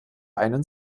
einen